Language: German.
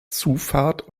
zufahrt